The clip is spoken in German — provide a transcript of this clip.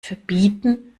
verbieten